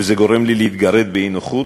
וזה גורם לי להתגרד באי-נוחות,